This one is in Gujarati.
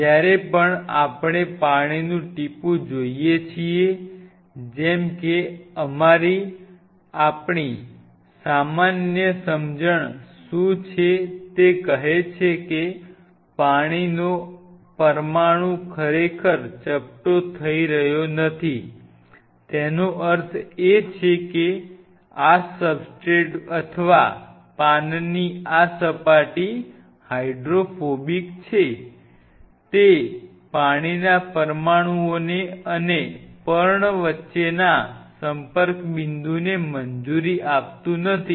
જ્યારે પણ આપણે પાણીની ટીપું જોઈએ છીએ જેમ કે આપણી સામાન્ય સમજ શું છે તે કહે છે કે પાણીનો પરમાણુ ખરેખર ચપટો થઇ રહ્યો નથી તેનો અર્થ એ છે કે આ સબસ્ટ્રેટ અથવા પાનની આ સપાટી હાઇડ્રોફોબિક છે તે પાણીના પરમાણુઓને અને પર્ણ વચ્ચેના સંપર્ક બિંદુને મંજૂરી આપતું નથી